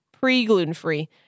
pre-gluten-free